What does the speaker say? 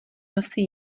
nosí